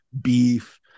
beef